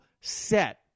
set